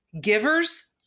givers